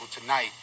tonight